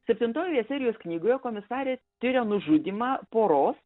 septintojoje serijos knygoje komisarė tiria nužudymą poros